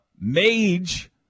Mage